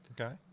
Okay